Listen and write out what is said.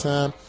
Time